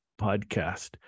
podcast